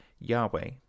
Yahweh